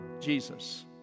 Jesus